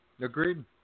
Agreed